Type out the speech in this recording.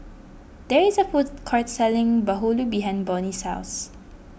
there is a food court selling Bahulu behind Bonny's house